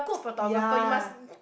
ya